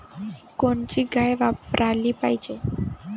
कोनची गाय वापराली पाहिजे?